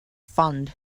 fund